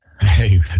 Hey